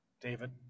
David